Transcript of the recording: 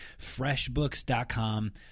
Freshbooks.com